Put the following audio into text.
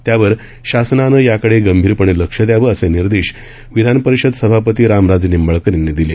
त्यावर शासनान याकडे गंभीरपणे लक्ष दयावे असे निर्देश विधान परिषद सभापती राम राजे निंबाळकर यांनी दिले